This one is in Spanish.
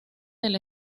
del